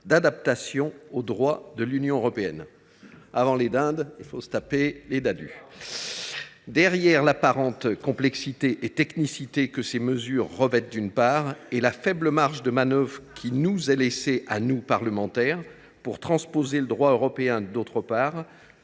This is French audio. d’adaptation au droit de l’Union européenne. Avant les dindes, les Ddadue ! Au delà de l’apparente complexité et technicité que ces mesures revêtent, ainsi que de la faible marge de manœuvre qui nous est laissée à nous, parlementaires, pour transposer le droit européen, nombre de